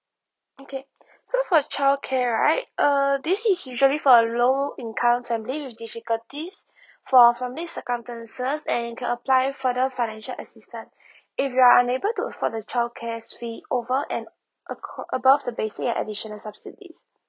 okay so for childcare right uh this is usually for a low income family with difficulties for family circumstances and you can apply further financial assistant if you are unable to afford the childcare fee over and accor~ above the basic and additional subsidies